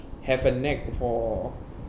have a knack for